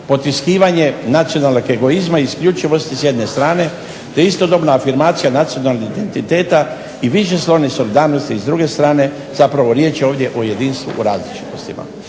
Potpisivanje nacionalnog egoizma, isključivosti s jedne strane, te istodobno afirmacija nacionalnog identiteta i višestrane solidarnosti s druge strane, zapravo riječ je ovdje o jedinstvu u različitostima.